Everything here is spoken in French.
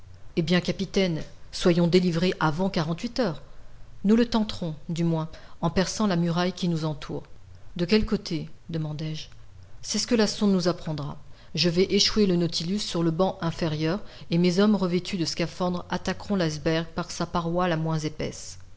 eh bien capitaine soyons délivrés avant quarante-huit heures nous le tenterons du moins en perçant la muraille qui nous entoure de quel côté demandai-je c'est ce que la sonde nous apprendra je vais échouer le nautilus sur le banc inférieur et mes hommes revêtus de scaphandres attaqueront l'iceberg par sa paroi la moins épaisse